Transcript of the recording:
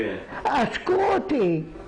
גנב כסף מאנשים מבוגרים,